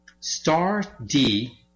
STAR-D